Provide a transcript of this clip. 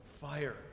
fire